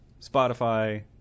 Spotify